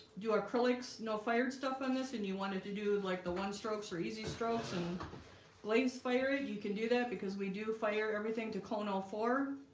do acrylics no fired stuff on this and you wanted to do and like the one strokes or easy strokes and glaze fire it and you can do that because we do fire everything to connell four